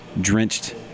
drenched